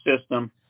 system